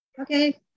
Okay